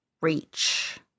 reach